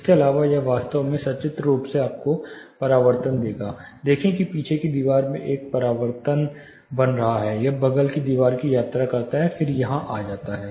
इसके अलावा यह वास्तव में सचित्र रूप से आपको परावर्तन देगा देखें कि पीछे की दीवार में एक परावर्तन बन रहा है यह बगल की दीवार की यात्रा करता है फिर यह यहाँ आता है